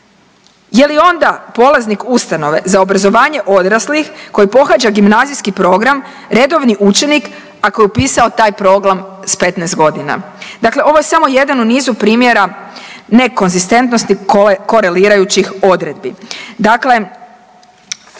Je li onda polaznik ustanove za obrazovanje odraslih koji pohađa gimnazijski program redovni učenik ako je upisao taj program s 15.g.? Dakle, ovo je samo jedan u nizu primjera nekonzistentnosti korelirajućih odredbi. Dakle, ono što